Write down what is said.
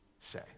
say